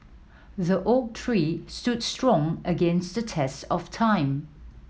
the oak tree stood strong against the test of time